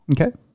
Okay